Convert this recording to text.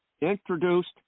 introduced